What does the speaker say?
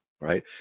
right